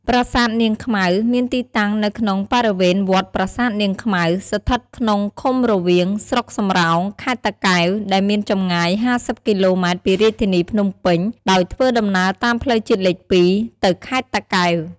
ប្រាសាទនាងខ្មៅ មានទីតាំងនៅក្នុងបរិវេណវត្តប្រាសាទនាងខ្មៅ ស្ថិតក្នុងឃុំរវៀង ស្រុកសំរោង ខេត្តតាកែវ ដែលមានចម្ងាយ ៥០ គីឡូម៉ែត្រពីធានីរាជភ្នំពេញ ដោយធ្វើដំណើរតាមផ្លូវជាតិលេខ ២ ទៅខេត្តតាកែវ។